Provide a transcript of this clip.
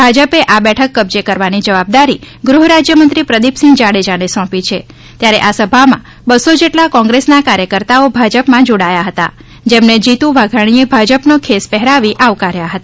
ભાજપે આ બેઠક કબજે કરવાની જવાબદારી ગૃહ રાજ્યમંત્રી પ્રદીપસિંહ જાડેજાને સોંપી છે ત્યારે આ સભામાં બસો જેટલા કોંગ્રેસના કાર્યકર્તાઓ ભાજપમાં જોડાયા હતા જેમને જીતુ વાઘાણીએ ભાજપનો ખેસ પહેરાવી આવકાર્યા હતા